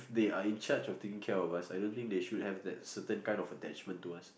they are in charge of taking care of us I don't think they should have that certain kind of attachment to us